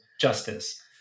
justice